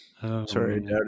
Sorry